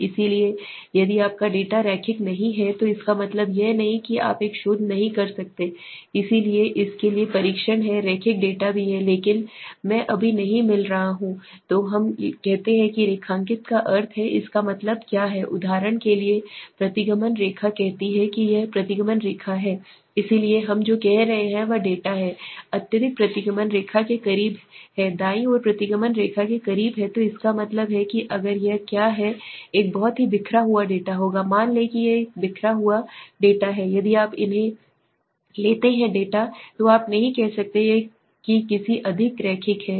इसलिए यदि आपका डेटा रैखिक नहीं है तो इसका मतलब यह नहीं है कि आप एक शोध नहीं कर सकते हैं इसलिए इसके लिए परीक्षण हैं रैखिक डेटा भी है लेकिन मैं अभी नहीं मिल रहा हूँ तो हम कहते हैं कि रैखिकता का अर्थ है कि इसका मतलब क्या है उदाहरण के लिए प्रतिगमन रेखा कहती है कि यह प्रतिगमन रेखा है इसलिए हम जो कह रहे हैं वह डेटा है अत्यधिक प्रतिगमन रेखा के करीब है दाईं ओर प्रतिगमन रेखा के करीब है तो इसका मतलब है कि अगर यह क्या है एक बहुत ही बिखरा हुआ डेटा होगा मान लें कि यह एक बिखरा हुआ डेटा है यदि आप इन्हें लेते हैं डेटा तो आप नहीं कह सकते कि यह किसी भी अधिक रैखिक है